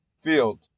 field